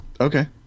Okay